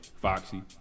Foxy